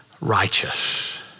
righteous